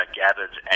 gathered